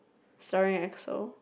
starring Exo